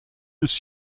des